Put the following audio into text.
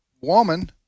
woman